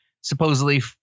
supposedly